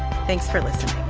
thanks for listening